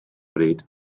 bryd